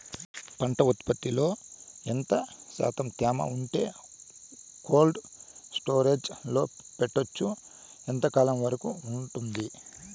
పంట ఉత్పత్తులలో ఎంత శాతం తేమ ఉంటే కోల్డ్ స్టోరేజ్ లో పెట్టొచ్చు? ఎంతకాలం వరకు ఉంటుంది